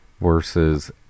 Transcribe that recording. Versus